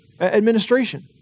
administration